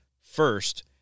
first